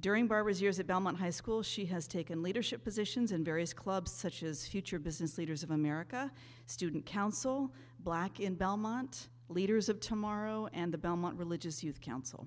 during barbour's years at belmont high school she has taken leadership positions in various clubs such as future business leaders of america student council black in belmont leaders of tomorrow and the belmont religious youth council